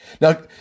Now